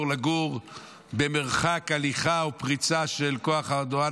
לגור במרחק הליכה או פריצה של כוח רדואן,